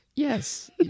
Yes